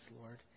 Lord